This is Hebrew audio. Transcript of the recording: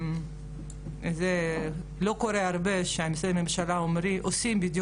זה לא קורה הרבה שמשרדי הממשלה עושים בדיוק